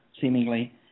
seemingly